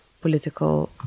political